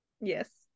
Yes